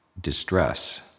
distress